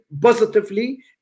positively